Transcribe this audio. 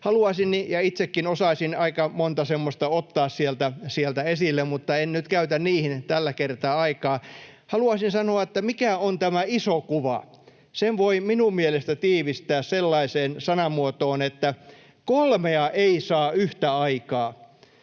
asioita. Itsekin osaisin aika monta semmoista ottaa sieltä esille, mutta en nyt käytä niihin tällä kertaa aikaa. Haluaisin sanoa, mikä on tämä iso kuva. Sen voi minun mielestäni tiivistää sellaiseen sanamuotoon, että kolmea ei saa yhtä aikaa: